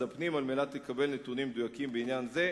הפנים על מנת לקבל נתונים מדויקים בעניין זה.